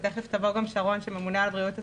ותיכף תבוא גם שרון אלרעי פרייס שממונה על בריאות הציבור,